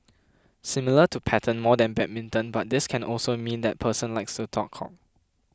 similar to pattern more than badminton but this can also mean that person likes to talk cock